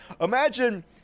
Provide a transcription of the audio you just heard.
Imagine